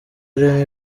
rimwe